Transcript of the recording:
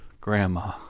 Grandma